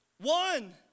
One